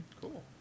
Cool